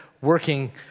working